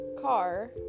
Car